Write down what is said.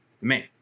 Man